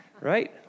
right